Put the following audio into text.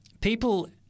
people –